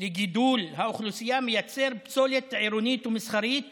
לגידול האוכלוסייה מייצר פסולת עירונית ומסחרית